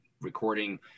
recording